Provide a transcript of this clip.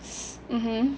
mmhmm